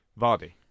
Vardy